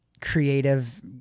creative